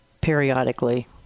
periodically